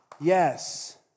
Yes